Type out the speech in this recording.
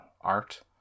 art